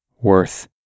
worth